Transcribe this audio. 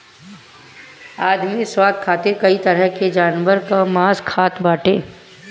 आदमी स्वाद खातिर कई तरह के जानवर कअ मांस खात बाटे